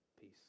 peace